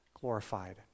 glorified